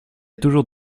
toujours